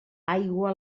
aigua